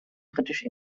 britisch